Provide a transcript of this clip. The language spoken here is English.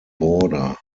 border